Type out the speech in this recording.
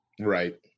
Right